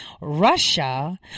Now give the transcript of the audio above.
Russia